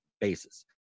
basis